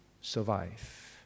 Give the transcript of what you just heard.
survive